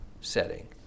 setting